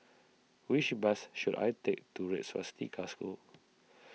which bus should I take to Red Swastika School